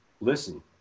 listen